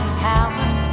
power